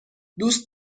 دوست